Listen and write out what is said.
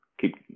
keep